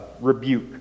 rebuke